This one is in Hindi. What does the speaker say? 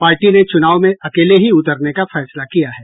पार्टी ने चुनाव में अकेले ही उतरने का फैसला किया है